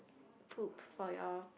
poop for your